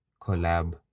collab